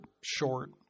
short